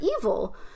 evil